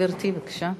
גברתי, בבקשה.